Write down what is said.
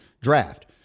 draft